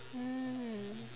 mm